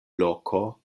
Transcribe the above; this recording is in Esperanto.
loko